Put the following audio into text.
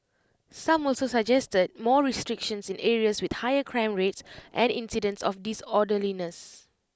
some also suggested more restrictions in areas with higher crime rates and incidents of disorderliness